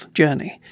journey